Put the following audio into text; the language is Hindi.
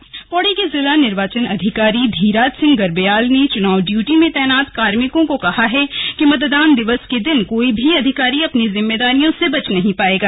स्लग कार्यशाला पौड़ी पौड़ी के जिला निर्वाचन अधिकारी धीराज सिंह गर्बयाल ने चुनाव ड्यूटी में तैनात कार्मिकों को कहा कि मतदान दिवस के दिन कोई भी अधिकारी अपनी जिम्मेदारियों से बच नहीं पाएगा